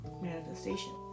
manifestation